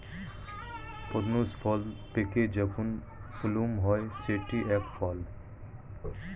prunes ফল পেকে যখন প্লুম হয় সেটি এক ফল